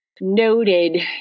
noted